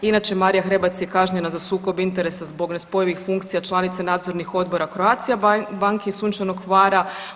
Inače Marija Hrebac je kažnjena za sukob interesa zbog nespojivih funkcija članice nadzornih odbora Croatia banke i Sunčanog Hvara.